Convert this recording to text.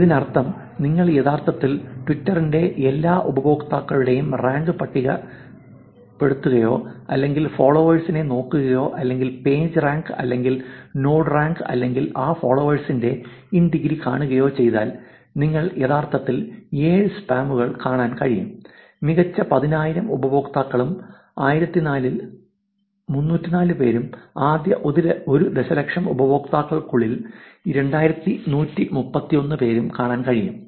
ഇതിനർത്ഥം നിങ്ങൾ യഥാർത്ഥത്തിൽ ട്വിറ്ററിന്റെ എല്ലാ ഉപയോക്താക്കളുടെയും റാങ്ക് പട്ടികപ്പെടുത്തുകയോ അല്ലെങ്കിൽ ഫോളോവേഴ്സിനെ നോക്കുകയോ അല്ലെങ്കിൽ പേജ് റാങ്ക് അല്ലെങ്കിൽ നോഡ് റാങ്ക് അല്ലെങ്കിൽ ആ ഫോളോവേഴ്സിന്റെ ഇൻ ഡിഗ്രി കാണുകയോ ചെയ്താൽ നിങ്ങൾക്ക് യഥാർത്ഥത്തിൽ 7 സ്പാമറുകൾ കാണാൻ കഴിയും മികച്ച 10000 ഉപയോക്താക്കളും 1004 ൽ 304 പേരും ആദ്യ 1 ദശലക്ഷം ഉപയോക്താക്കൾക്കുള്ളിൽ 2131 പേരും കാണാൻ കഴിയും